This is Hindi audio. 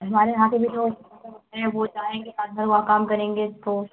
हमारे यहाँ पर भी तो वो जाएँगे रात भर वहाँ काम करेंगे तो